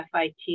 FIT